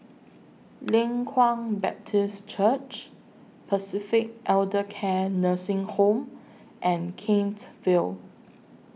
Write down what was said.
Leng Kwang Baptist Church Pacific Elder Care Nursing Home and Kent Vale